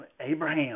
abraham